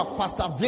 pastor